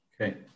Okay